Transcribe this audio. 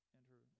Enter